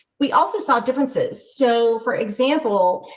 we also saw differences. so, for example,